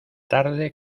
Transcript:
tarde